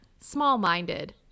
small-minded